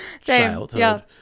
childhood